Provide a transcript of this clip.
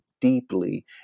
deeply